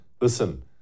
listen